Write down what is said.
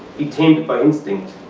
he tamed by instinct.